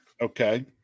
Okay